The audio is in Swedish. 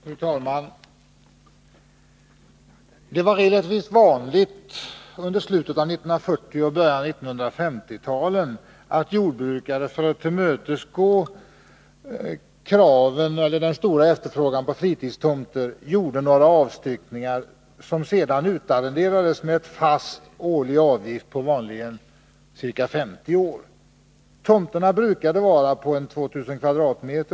Fru talman! Det var relativt vanligt under slutet av 1940-talet och början av 1950-talet att jordbrukare, för att tillmötesgå den stora efterfrågan på fritidstomter, gjorde några avstyckningar, som sedan utarrenderades på 50 år mot en fast årlig avgift. Tomterna brukade vara på ca 2 000 m?